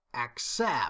accept